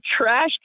trash